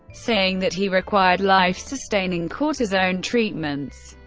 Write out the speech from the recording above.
saying that he required life-sustaining cortisone treatments.